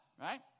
right